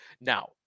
now